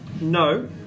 No